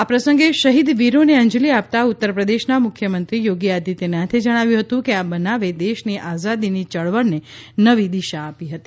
આ પ્રસંગે શહિદ વિરોને અંજલી આપતા ઉત્તરપ્રદેશના મુખ્યમંત્રી યોગી આદિત્યનાથે જણાવ્યું હતું કે આ બનાવે દેશની આઝાદીની ચળવળને નવી દિશા આપી હતી